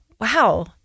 Wow